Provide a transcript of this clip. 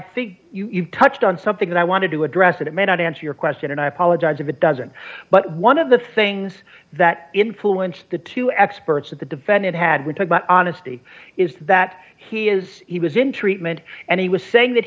think you touched on something that i wanted to address that it may not answer your question and i apologize if it doesn't but one of the things that influence the two experts that the defendant had would talk about honesty is that he is he was in treatment and he was saying that